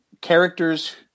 characters